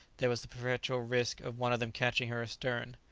there was the perpetual risk of one of them catching her astern.